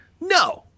No